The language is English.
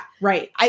right